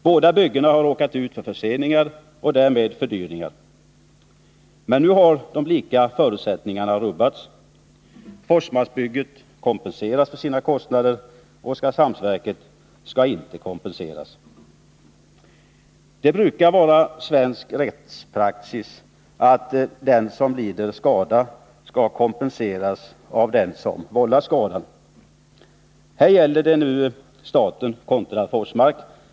Båda byggena har råkat ut för förseningar och därmed fördyringar. Men nu har de lika förutsättningarna rubbats. Forsmarksbygget kompenseras för sina kostnader. Oskarshamnsverket skall inte kompenseras. Det brukar vara svensk rättspraxis att den som lider skada skall kompenseras av den som vållar skadan. Här gäller det nu staten kontra Forsmark.